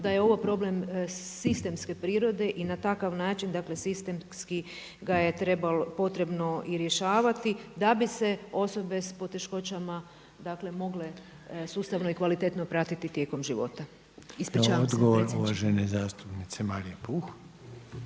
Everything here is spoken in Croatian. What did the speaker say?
da je ovo problem sistemske prirode i na takav način, dakle sistemski ga je potrebno i rješavati da bi se osobe sa poteškoćama, dakle mogle sustavno i kvalitetno pratiti tijekom života. Ispričavam se. **Reiner,